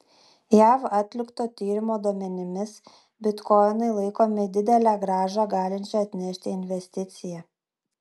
jav atlikto tyrimo duomenimis bitkoinai laikomi didelę grąžą galinčia atnešti investicija